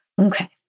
Okay